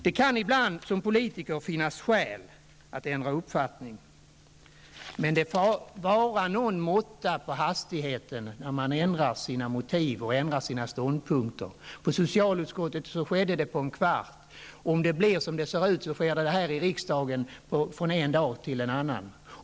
Det kan ibland för politiker finnas skäl att ändra uppfattning. Men det får vara någon måtta på hastigheten när man ändrar sina motiv och ståndpunkter. I socialutskottet skedde det på en kvart. Om det blir som det ser ut, så sker det här i riksdagen från en dag till en annan.